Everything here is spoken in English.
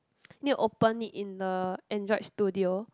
need to open it in the Android studio